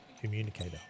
Communicator